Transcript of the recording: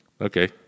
okay